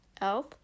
elf